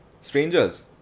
Strangers